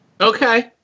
Okay